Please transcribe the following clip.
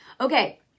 Okay